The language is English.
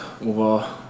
over